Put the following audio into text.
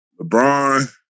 LeBron